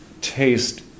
taste